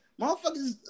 motherfuckers